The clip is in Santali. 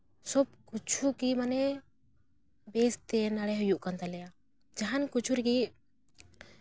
ᱥᱚᱵᱽ ᱠᱤᱪᱷᱩ ᱜᱮ ᱢᱟᱱᱮ ᱵᱮᱥ ᱛᱮ ᱱᱚᱸᱰᱮ ᱦᱩᱭᱩᱜ ᱠᱟᱱ ᱛᱟᱞᱮᱭᱟ ᱡᱟᱦᱟᱱ ᱠᱤᱪᱷᱩ ᱨᱮᱜᱮ